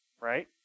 right